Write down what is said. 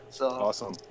Awesome